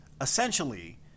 Essentially